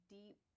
deep